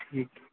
ठीक है